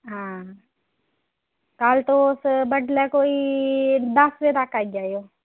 हां कल्ल तुस बड्डलै कोई दस बजे तक आई जाएओ